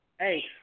Hey